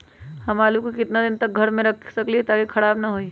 हम आलु को कितना दिन तक घर मे रख सकली ह ताकि खराब न होई?